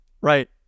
Right